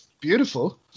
beautiful